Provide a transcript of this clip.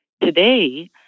Today